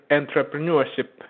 entrepreneurship